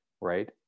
right